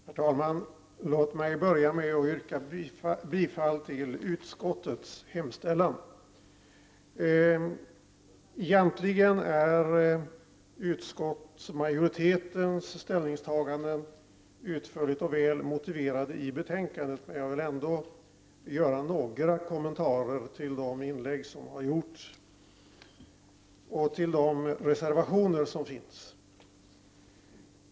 Herr talman! Låt mig börja med att yrka bifall till utskottets hemställan. Egentligen är utskottets ställningstaganden utförligt och väl motiverade i betänkandet, men jag vill ändå göra några kommentar till de inlägg som har gjorts och till de reservationer som finns.